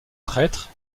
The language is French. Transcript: traître